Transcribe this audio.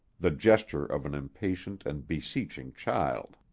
the gesture of an impatient and beseeching child.